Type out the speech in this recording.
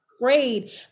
Afraid